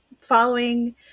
following